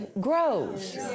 grows